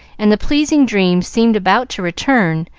and the pleasing dream seemed about to return,